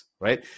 Right